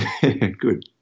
Good